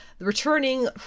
returning